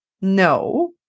No